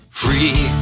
free